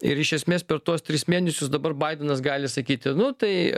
ir iš esmės per tuos tris mėnesius dabar badenas gali sakyti nu tai